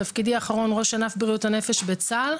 בתפקידי האחרון ראש ענף בריאות הנפש בצה"ל,